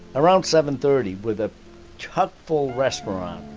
around seven thirty with a chock full restaurant,